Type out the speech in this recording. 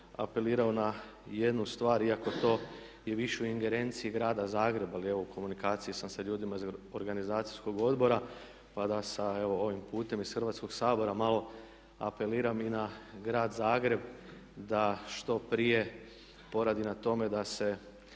apelirao na jednu stvar iako to je više u ingerenciji grada Zagreba, ali evo u komunikaciji sam sa ljudima iz organizacijskog odbora, pa da sad evo ovim putem iz Hrvatskog sabora malo apeliram i na grad Zagreb da što prije poradi na tome da se